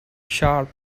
sharp